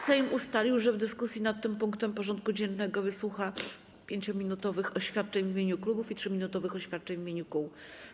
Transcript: Sejm ustalił, że w dyskusji nad tym punktem porządku dziennego wysłucha 5-minutowych oświadczeń w imieniu klubów i 3-minutowych oświadczeń w imieniu kół.